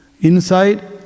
inside